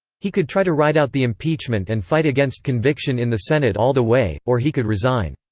he could try to ride out the impeachment and fight against conviction in the senate all the way, or he could resign.